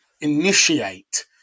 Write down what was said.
initiate